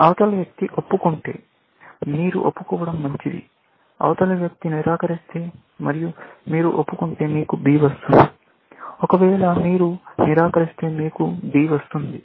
అవతలి వ్యక్తి ఒప్పుకుంటే మీరు ఒప్పుకోవడం మంచిది అవతలి వ్యక్తి నిరాకరిస్తే మరియు మీరు ఒప్పుకుంటే మీకు B వస్తుంది ఒకవేళ మీరు నిరాకరిస్తే మీకు D వస్తుంది